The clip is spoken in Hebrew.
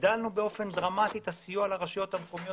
הגדלנו באופן דרמטי את הסיוע לרשויות המקומיות